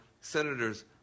senator's